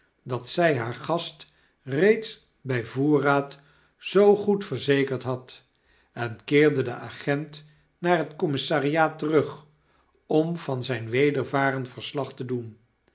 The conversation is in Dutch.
dat zy haar gast reeds bij voorraad zoo goed verzekerd had en keerde de agent naar het commissariaat terug om van zijn wedervaren verslag te doen